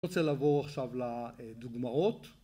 אני רוצה לעבור עכשיו לדוגמאות